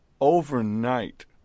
Overnight